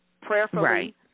Prayerfully